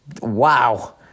Wow